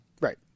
Right